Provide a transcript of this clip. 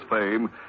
fame